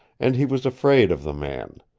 and he was afraid of the man,